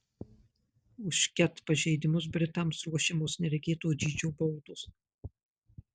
už ket pažeidimus britams ruošiamos neregėto dydžio baudos